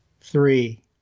Three